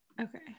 Okay